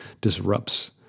disrupts